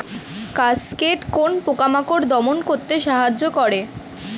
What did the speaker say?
Cascade কোন পোকা মাকড় দমন করতে সাহায্য করে?